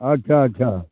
अच्छा अच्छा